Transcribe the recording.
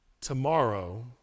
tomorrow